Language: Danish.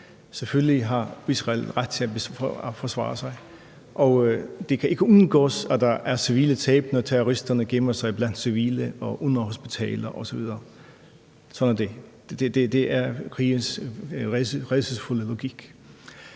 Selvfølgelig har Israel ret til at forsvare sig. Og det kan ikke undgås, at der er civile tab, når terroristerne gemmer sig blandt civile og under hospitaler osv. Sådan er det; det er krigens rædselsfulde logik.